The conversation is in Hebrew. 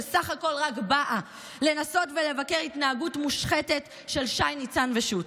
שבסך הכול רק באה לנסות ולבקר התנהגות מושחתת של שי ניצן ושות'.